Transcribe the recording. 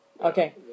Okay